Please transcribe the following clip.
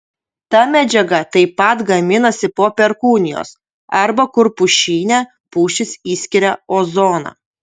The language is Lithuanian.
ta medžiaga taip pat gaminasi po perkūnijos arba kur pušyne pušys išskiria ozoną